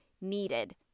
needed